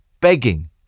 begging